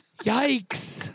Yikes